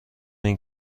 این